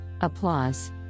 Applause